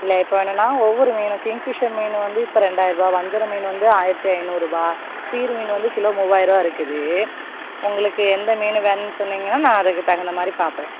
இல்லை இப்போ வேணுன்னால் ஒவ்வொரு மீன் கிங் ஃபிஷ்ஷர் மீன் வந்து இப்போ ரெண்டாயிரம் ரூபாய் வஞ்சிர மீன் வந்து ஆயிரத்து ஐந்நூறுருபா சீர் மீன் வந்து கிலோ மூவாயிரம் ரூபா இருக்குது உங்களுக்கு எந்த மீன் வேணுன்னு சொன்னீங்கன்னால் நான் அதுக்கு தகுந்த மாதிரி பார்ப்பேன்